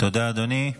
תודה, אדוני.